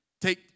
Take